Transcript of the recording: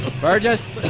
Burgess